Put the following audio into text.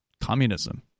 Communism